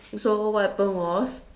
so what happened was